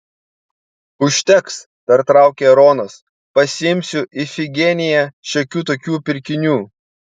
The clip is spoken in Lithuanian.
užteks pertraukė ronas pasiimsiu ifigeniją šiokių tokių pirkinių